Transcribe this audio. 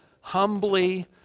humbly